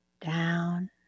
down